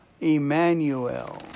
Emmanuel